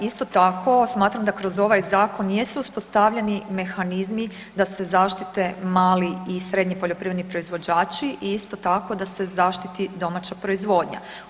Isto tako, smatram da kroz ovaj zakon jesu uspostavljeni mehanizmi da se zaštite mali i srednji poljoprivredni proizvođači i isto tako da se zaštiti domaća proizvodnja.